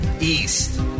East